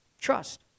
Trust